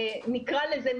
נקרא לזה,